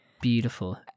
Beautiful